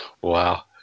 Wow